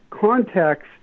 Context